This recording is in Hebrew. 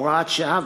הוראת שעה),